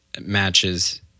matches